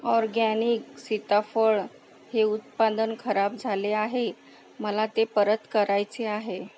organic सीताफळ हे उत्पादन खराब झाले आहे मला ते परत करायचे आहे